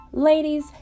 Ladies